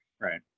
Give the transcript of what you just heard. Right